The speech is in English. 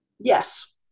Yes